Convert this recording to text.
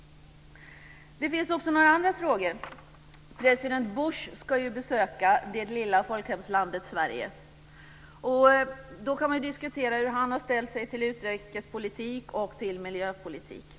Det finns också några andra frågor. President Bush ska ju besöka det lilla folkhemslandet Sverige. Då kan man ju diskutera hur han har ställt sig till utrikespolitik och till miljöpolitik.